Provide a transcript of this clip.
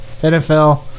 NFL